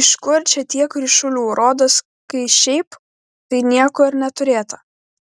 iš kur čia tiek ryšulių rodos kai šiaip tai nieko ir neturėta